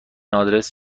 آدرس